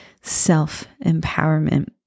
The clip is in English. self-empowerment